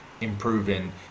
improving